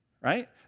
Right